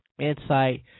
insight